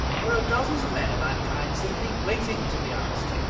there are dozens of men of that kind simply waiting to be asked.